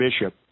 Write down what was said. Bishop